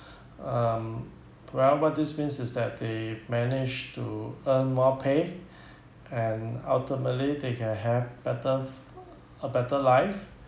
um well what this means is that they managed to earn more pay and ultimately they can have better a better life